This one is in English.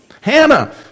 Hannah